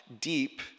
Deep